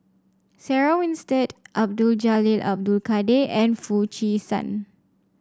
Sarah Winstedt Abdul Jalil Abdul Kadir and Foo Chee San